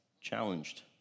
challenged